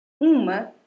uma